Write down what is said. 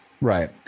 Right